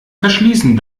verschließen